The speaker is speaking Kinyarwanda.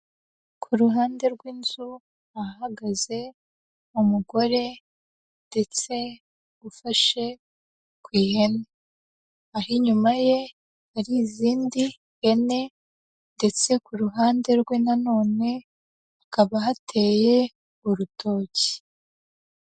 Ku ruhande rw'inzu hahagaze umugore ndetse ufashe ku ihene, aho inyuma ye hari izindi hene ndetse ku ruhande rwe nanone hakaba hateye urutoki.